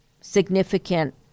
significant